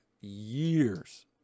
years